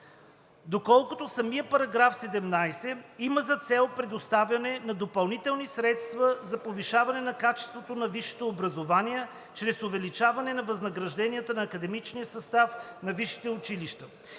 доколкото самият § 17 има за цел предоставяне на допълнителни средства за повишаване на качеството на висшето образование чрез увеличаване на възнагражданията на академичния състав на висшите училища.